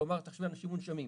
כלומר, תחשבי אנשים מונשמים.